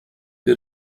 wir